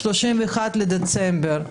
31 בדצמבר,